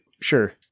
Sure